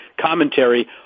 commentary